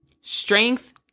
Strength